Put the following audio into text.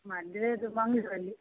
ಮದುವೆ ಅದು ಮಂಗಳೂರಲ್ಲಿ